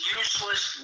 useless